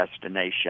destination